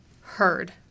heard